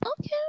okay